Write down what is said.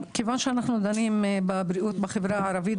מכיוון שאנחנו דנים בבריאות בחברה הערבית,